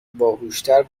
باهوشتر